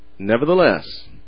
Nevertheless